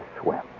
swim